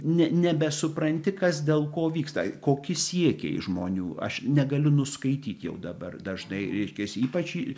ne nebesupranti kas dėl ko vyksta kokie siekiai žmonių aš negaliu nuskaityt jau dabar dažnai reiškiasi ypač